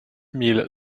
mille